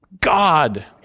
God